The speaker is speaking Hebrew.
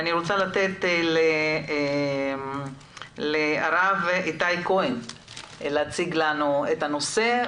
אני רוצה לתת לרב איתי כהן להציג לנו את הנושא,